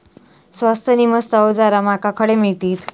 स्वस्त नी मस्त अवजारा माका खडे मिळतीत?